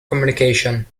communication